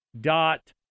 dot